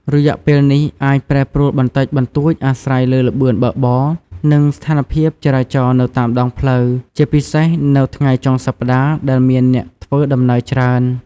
រយៈពេលនេះអាចប្រែប្រួលបន្តិចបន្តួចអាស្រ័យលើល្បឿនបើកបរ និងស្ថានភាពចរាចរណ៍នៅតាមដងផ្លូវ ជាពិសេសនៅថ្ងៃចុងសប្តាហ៍ដែលមានអ្នកធ្វើដំណើរច្រើន។